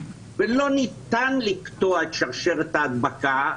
ולא ניתן לקטוע את שרשרת ההדבקה,